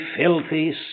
filthy